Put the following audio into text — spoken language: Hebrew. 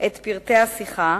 את פרטי השיחה,